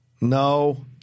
No